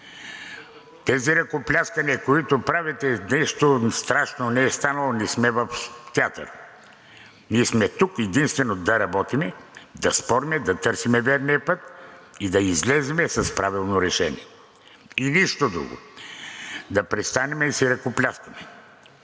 Тези ръкопляскания, които правите, нищо страшно не е станало, не сме в театъра. Ние сме тук единствено да работим, да спорим, да търсим верния път и да излезем с правилно решение, и нищо друго. Да престанем да си ръкопляскаме,